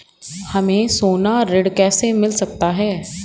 हमें सोना ऋण कैसे मिल सकता है?